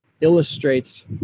illustrates